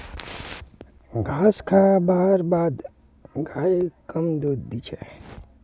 घास खा बार बाद गाय कम दूध दी छे